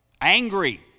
angry